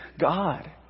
God